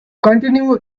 continue